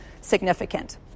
significant